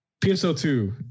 PSO2